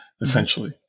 essentially